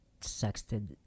sexted